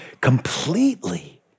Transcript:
completely